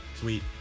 Sweet